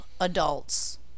adults